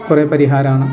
കുറെ പരിഹാരമാണ്